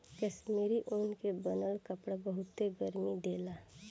कश्मीरी ऊन के बनल कपड़ा बहुते गरमि देला